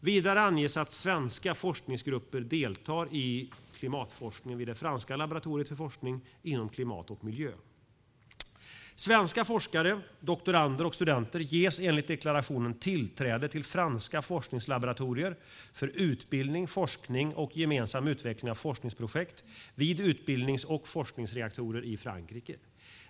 Vidare anges att svenska forskningsgrupper deltar i klimatforskningen vid det franska laboratoriet för forskning inom klimat och miljö. Svenska forskare, doktorander och studenter ges enligt deklarationen tillträde till franska forskningslaboratorier för utbildning, forskning och gemensam utveckling av forskningsprojekt vid utbildnings och forskningsreaktorer i Frankrike.